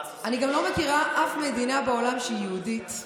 אני גם לא מכירה אף מדינה בעולם שהיא יהודית,